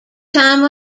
time